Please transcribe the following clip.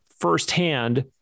firsthand